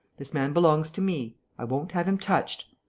this man belongs to me. i won't have him touched.